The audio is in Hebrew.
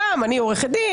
אני עורכת דין,